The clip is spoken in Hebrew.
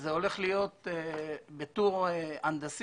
וזה הולך להיות בטור הנדסי,